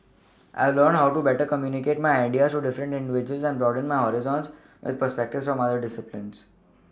I've learnt how to better communicate my ideas to different individuals and broaden my horizons with perspectives from other disciplines